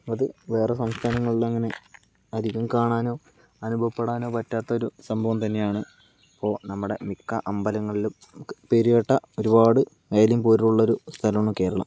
ഇത് വേറെ സംസ്ഥാനങ്ങളിലങ്ങനെ അധികം കാണാനോ അനുഭവപ്പെടാനോ പറ്റാത്തൊരു സംഭവം തന്നെയാണ് ഇപ്പോൾ നമ്മുടെ മിക്ക അമ്പലങ്ങളിലും നമുക്ക് പേര് കേട്ട ഒരുപാട് വേലയും പൂരവും ഉള്ളൊരു സ്ഥലമാണ് കേരളം